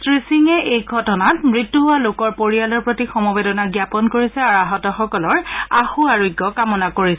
শ্ৰীসিঙে এই ঘটনাত মৃত্যু হোৱাৰ লোকৰ পৰিয়ালৰ প্ৰতি সমবেদনা জাপন কৰিছে আৰু আহতসকলৰ আশুআৰোগ্য কামনা কৰিছে